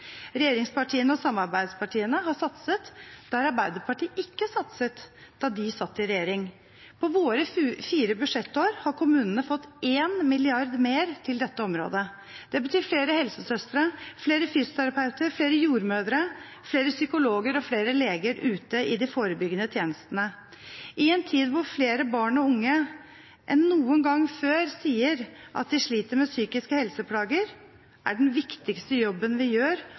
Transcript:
Regjeringspartiene og samarbeidspartiene har satset der Arbeiderpartiet ikke satset da de satt i regjering. På våre fire budsjettår har kommunene fått 1 mrd. kr mer til dette området. Det betyr flere helsesøstre, flere fysioterapeuter, flere jordmødre, flere psykologer og flere leger ute i de forebyggende tjenestene. I en tid hvor flere barn og unge enn noen gang før sier at de sliter med psykiske helseplager, er den viktigste jobben vi gjør,